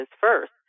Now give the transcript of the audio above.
first